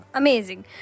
amazing